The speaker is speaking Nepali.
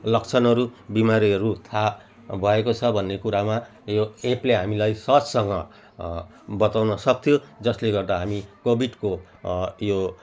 लक्षणहरू बिमारीहरू थाहा भएको छ भन्ने कुरामा यो एपले हामीलाई सहजसँग बताउन सक्थ्यो जसले गर्दा हामी कोविडको यो